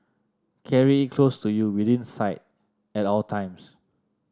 carry it close to you within sight at all times